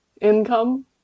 income